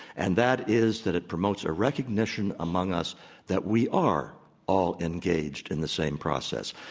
and that is that it promotes a recognition among us that we are all engaged in the same process.